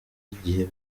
igihe